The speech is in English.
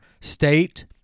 state